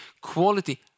quality